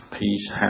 peace